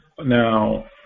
Now